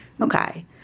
Okay